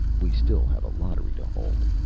we still have a lottery to hold!